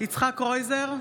יצחק קרויזר,